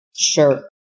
Sure